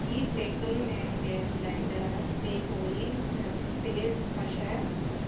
ਕੀ ਫੇਕਲਮੈਨ gas lighter 'ਤੇ ਕੋਈ ਮ ਪੇਸ਼ਕਸ਼ ਹੈ